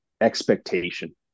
expectation